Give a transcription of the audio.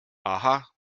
aha